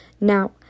Now